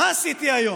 מה עשיתי היום?